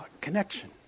connection